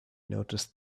noticed